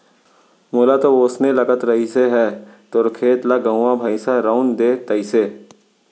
मोला तो वोसने लगत रहिस हे तोर खेत ल गरुवा भइंसा रउंद दे तइसे